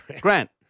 Grant